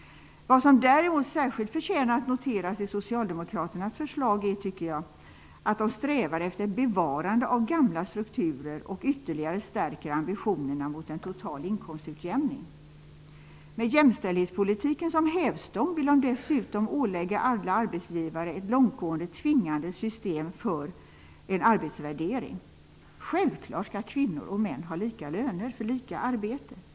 Vad som däremot särskilt förtjänar att noteras i Socialdemokraternas förslag är, tycker jag, att de strävar efter ett bevarande av gamla strukturer och ytterligare stärker ambitionerna för en total inkomstutjämning. Med jämställdhetspolitiken som hävstång vill de dessutom ålägga alla arbetsgivare ett långtgående, tvingande system för en arbetsvärdering. Självklart skall kvinnor och män ha lika lön för lika arbete.